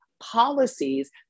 policies